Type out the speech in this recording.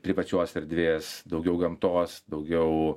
privačios erdvės daugiau gamtos daugiau